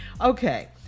Okay